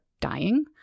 dying